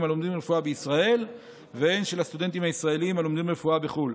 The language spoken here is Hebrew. הלומדים רפואה בישראל והן של הסטודנטים הישראלים הלומדים רפואה בחו"ל.